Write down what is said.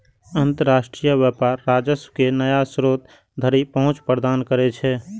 अंतरराष्ट्रीय व्यापार राजस्व के नया स्रोत धरि पहुंच प्रदान करै छै